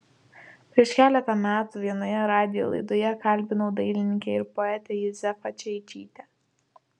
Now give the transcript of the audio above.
prieš keletą metų vienoje radijo laidoje kalbinau dailininkę ir poetę juzefą čeičytę